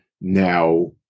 Now